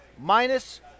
Minus